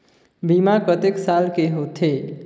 बीमा कतेक साल के होथे?